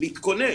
להתכונן,